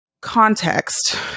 context